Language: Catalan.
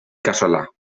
casolà